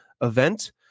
event